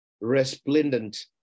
resplendent